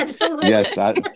yes